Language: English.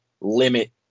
limit